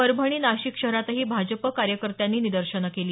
परभणी नाशिक शहरातही भाजप कार्यकर्त्यांनी निदर्शनं केली